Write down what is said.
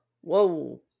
Whoa